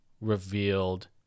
revealed